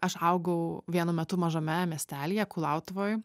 aš augau vienu metu mažame miestelyje kulautuvoj